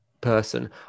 person